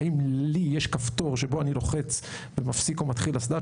האם לי יש כפתור שבו אני לוחץ ומפסיק או מתחיל אסדה?